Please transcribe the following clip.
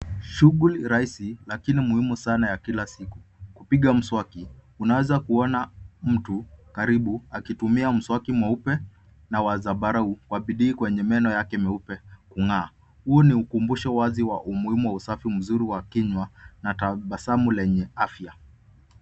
Shughuli rahisi lakini muhimu sana ya kila siku, kupiga mswaki. Tunaweza kuona mtu karibu akitumia mswaki mweupe na wa zambarau kwa bidii kwenye meno yake meupe kung'aa. Huu ni ukumbusho wazi wa umuhimu wa usafi mzuri wa kinywa na tabasamu lenye afya.